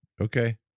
Okay